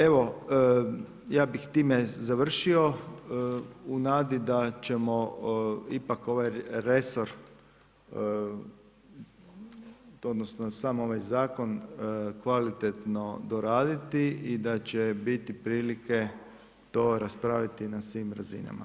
Evo ja bih time završio u nadi da ćemo ipak ovaj resor odnosno sam ovaj zakon kvalitetno doraditi i da će biti prilike to raspraviti na svim razinama.